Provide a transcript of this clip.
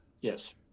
Yes